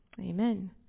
Amen